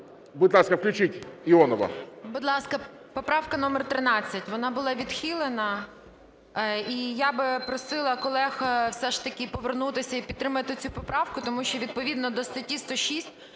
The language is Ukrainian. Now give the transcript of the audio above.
Будь ласка, включіть, Іонова.